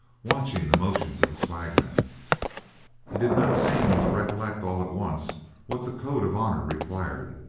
watching the motions of the swagman he did not seem to recollect all at once what the code of honour required,